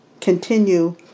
continue